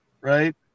right